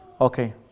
Okay